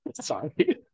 Sorry